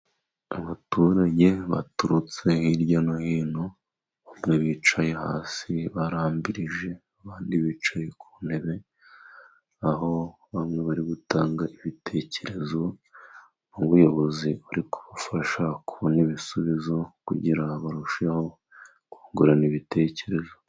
Abaturage baturutse hirya no hino bicaye hasi barambirije, abandi bicaye ku ntebe aho bamwe bari gutanga ibitekerezo, nk'ubuyobozi buri kubafasha kubona ibisubizo kugira barusheho kungurana ibitekerezo.